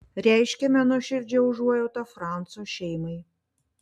reiškiame nuoširdžią užuojautą franco šeimai